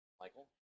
Michael